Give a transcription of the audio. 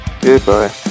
goodbye